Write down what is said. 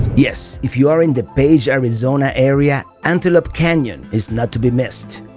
yes, if you are in the page, arizona area antelope canyon is not to be missed.